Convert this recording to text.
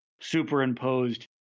superimposed